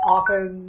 Often